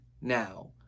now